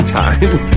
times